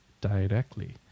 Directly